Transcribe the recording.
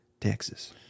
Texas